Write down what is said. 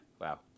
Wow